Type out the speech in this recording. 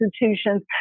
institutions